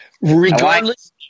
Regardless